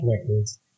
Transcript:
records